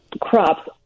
crops